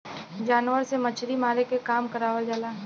जानवर से मछरी मारे के काम करावल जाला